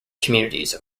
communities